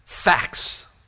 facts